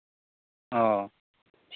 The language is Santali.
ᱚ